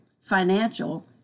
Financial